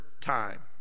time